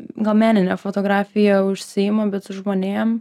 gal meninė fotografija užsiima bet su žmonėm